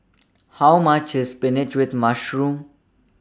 How much IS Spinach with Mushroom